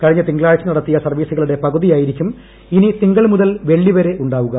കഴിഞ്ഞ തിങ്കളാഴ്ച നടത്തിയ സർവ്വീസുകളുടെ പകുതിയായിരിക്കും ഇനി തിങ്കൾ മുതൽ വെള്ളി വരെ ഉണ്ടാവുക